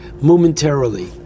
momentarily